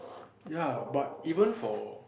ya but even for